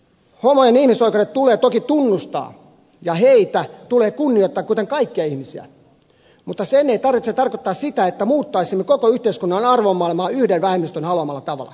homojen ihmisoikeudet tulee toki tunnustaa ja heitä tulee kunnioittaa kuten kaikkia ihmisiä mutta sen ei tarvitse tarkoittaa sitä että muuttaisimme koko yhteiskunnan arvomaailmaa yhden vähemmistön haluamalla tavalla